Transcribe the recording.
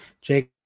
Jake